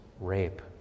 rape